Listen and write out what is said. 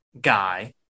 guy